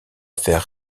faire